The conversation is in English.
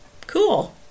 Cool